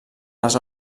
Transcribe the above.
les